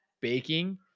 baking